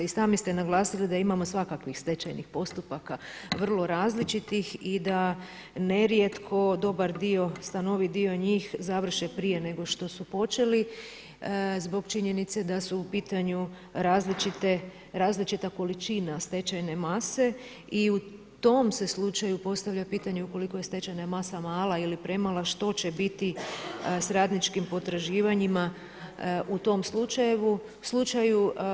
I sami ste naglasili da imamo svakakvih stečajnih postupaka, vrlo različitih i da ne rijetko dobar dio, stanovit dio njih završe prije nego što su počeli zbog činjenice da su u pitanju različite, različita količina stečajne mase i u tom se slučaju postavlja pitanje ukoliko je stečajna masa mala ili premala što će biti sa radničkim potraživanjima u tom slučaju.